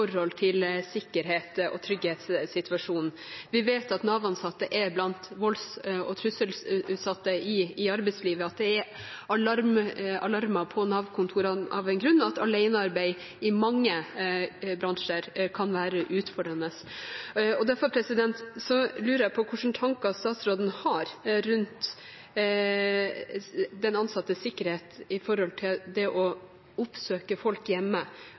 arbeidslivet, at det er alarmer på Nav-kontorene av en grunn, og at alenearbeid i mange bransjer kan være utfordrende. Derfor lurer jeg på hvilke tanker statsråden har rundt de ansattes sikkerhet når de skal oppsøke folk hjemme.